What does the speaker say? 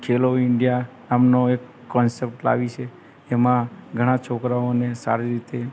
ખેલો India નામનો એક concept લાવી છે એમાં ઘણા છોકરાઓને સારી રીતે